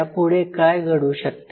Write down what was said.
यापुढे काय घडू शकते